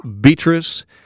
Beatrice